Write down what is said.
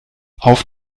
auf